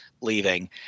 leaving